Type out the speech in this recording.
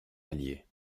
allier